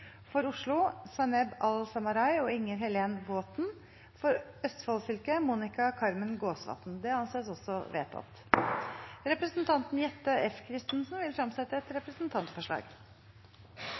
For Oslo: Zaineb Al-Samarai og Inger Helene Vaaten For Østfold fylke: Monica Carmen Gåsvatn Representanten Jette F. Christensen vil fremsette et representantforslag. Jeg vil på vegne av meg selv få lov til å framsette et